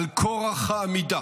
על כוח העמידה,